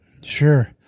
Sure